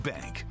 Bank